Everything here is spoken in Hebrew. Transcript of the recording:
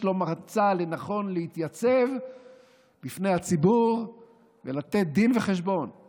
איש לא מצא לנכון להתייצב בפני הציבור ולתת דין וחשבון על